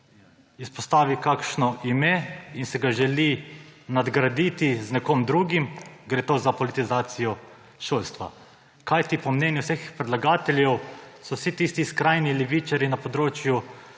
izpostavi kakšno ime in se ga želi nadgraditi z nekom drugim, gre za politizacijo šolstva, kajti po mnenju vseh predlagateljev so vsi tisti skrajni levičarji na področju